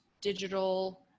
digital